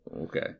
Okay